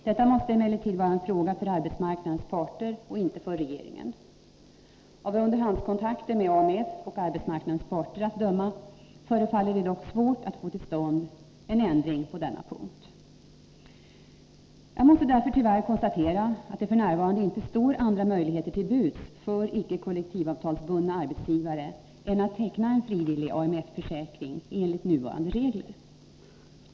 Detta måste emellertid vara en fråga för arbetsmarknadens parter och inte för regeringen. Av underhandskontakter med AMF och arbets marknadens parter att döma förefaller det dock svårt att få till stånd en ändring på denna punkt. Jag måste därför tyvärr konstatera att det f. n. inte står andra möjligheter till buds för icke kollektivavtalsbundna arbetsgivare än att teckna en frivillig AMF-försäkring enligt nuvarande regler.